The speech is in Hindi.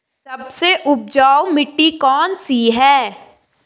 सबसे उपजाऊ मिट्टी कौन सी है?